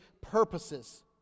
purposes